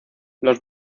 los